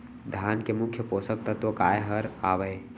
धान के मुख्य पोसक तत्व काय हर हावे?